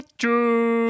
true